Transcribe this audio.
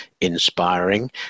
inspiring